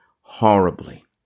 horribly